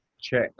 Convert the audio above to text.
check